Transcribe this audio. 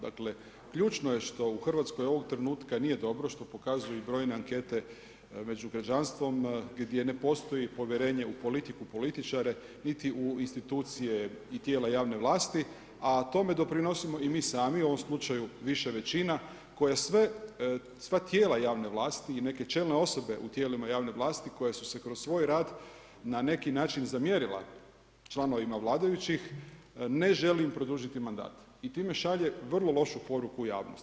Dakle, ključno je što u RH ovog trenutka nije dobro, što pokazuju i brojne ankete među građanstvom, gdje ne postoji povjerenje u politiku, političare niti u institucije i tijela javne vlasti, a tome doprinosimo i mi sami, u ovom slučaju više većina, koja sva tijela javne vlasti i neke čelne osobe u tijelima javne vlasti koje su se kroz svoj rad na neki način zamjerila članovima vladajućih ne želi produžiti mandate i time šalje vrlo lošu poruku u javnost.